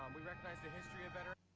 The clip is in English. we recognize the history of but